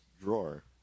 drawer